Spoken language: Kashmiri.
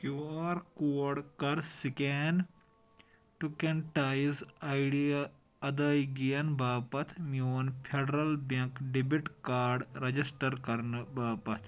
کیوٗ آر کوڈ کَر سکین ٹوک این ٹائز آیڈیا ادٲیگین باپتھ میون Federal Bank debit card register کرنہٕ باپتھ